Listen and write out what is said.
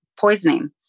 poisoning